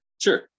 sure